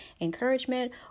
encouragement